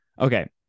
Okay